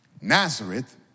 Nazareth